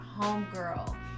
homegirl